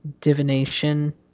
divination